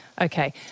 Okay